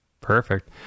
Perfect